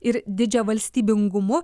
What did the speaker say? ir didžiavalstybingumu